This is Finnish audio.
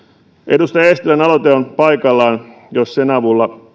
edustaja eestilän aloite on paikallaan jos sen avulla